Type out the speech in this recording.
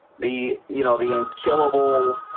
the you know the until abul